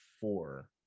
four